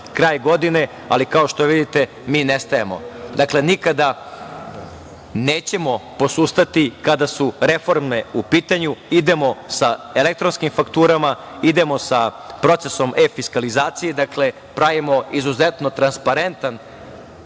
kraj godine, ali kao što vidite, mi ne stajemo. Dakle, nikada nećemo posustati kada su reforme u pitanju. Idemo sa elektronskim fakturama, idemo sa procesom e-fiskalizacije. Dakle, pravimo izuzetno transparentan